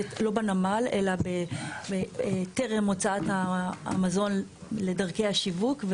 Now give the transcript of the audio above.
לא בנמל, אלא טרם הוצאת המזון לדרכי השיווק.